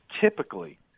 typically